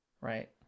right